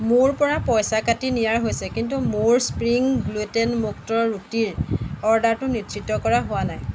মোৰ পৰা পইচা কাটি নিয়া হৈছে কিন্তু মোৰ স্প্ৰিং গ্লুটেন মুক্ত ৰুটিৰ অৰ্ডাৰটো নিশ্চিত কৰা হোৱা নাই